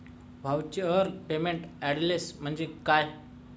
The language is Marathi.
व्हर्च्युअल पेमेंट ऍड्रेस म्हणजे काय?